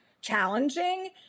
challenging